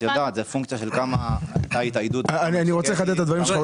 את יודעת שזה פונקציה של כמה --- אני רוצה לחדד את הדברים שלך.